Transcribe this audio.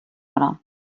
hora